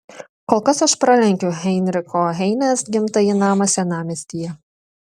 kol kas aš pralenkiu heinricho heinės gimtąjį namą senamiestyje